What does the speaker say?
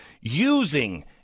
using